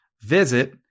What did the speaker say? visit